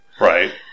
Right